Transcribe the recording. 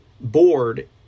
board